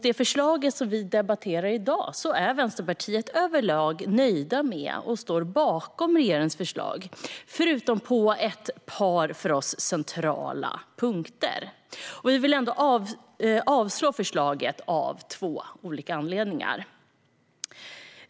Det förslag som vi debatterar i dag är vi i Vänsterpartiet överlag nöjda med. Vi står bakom regeringens förslag, förutom på ett par för oss centrala punkter. Vi vill ändå avslå förslaget av två olika anledningar.